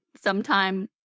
sometime